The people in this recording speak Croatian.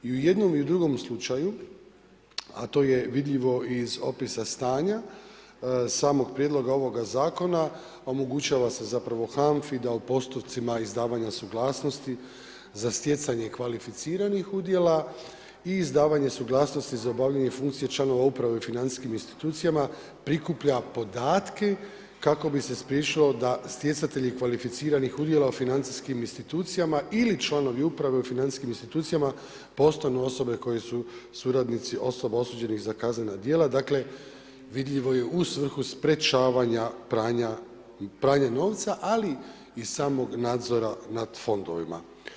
I jednom i u drugom slučaju, a to je vidljivo iz opisa stanja, samog prijedloga ovoga zakona, omogućava se zapravo HANFA-i da u postotcima izdavanja suglasnosti za stjecanje kvalificiranih udjela i izdavanje suglasnosti za obavljanje funkcije članova uprave u financijskim institucijama prikuplja podatke kako bi se spriječilo da stjecatelji kvalificiranih udjela u financijskim institucijama ili članovi uprave u financijskim institucijama postanu osobe koje su suradnici osoba osuđenih za kaznena djela, dakle vidljivo je u svrhu sprečavanja pranja novca, ali i samo nadzora nad fondovima.